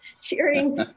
cheering